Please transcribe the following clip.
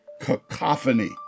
cacophony